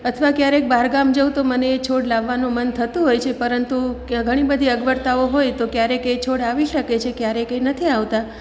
અથવા ક્યારેક બાર ગામ જઉં તો મને એ છોડ લાવવાનું મન થતું હોય છે પરંતુ કે ઘણી બધી અગવડતાઓ હોય તો ક્યારેક એ છોડ આવી શકે છે ક્યારેક એ નથી આવતા